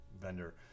vendor